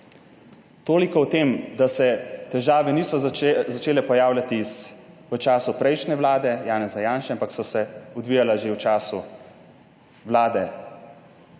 Toliko o tem, da se težave niso začele pojavljati v času prejšnje vlade Janeza Janše, ampak so se odvijale že v času vlade